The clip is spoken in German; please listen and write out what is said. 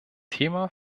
thema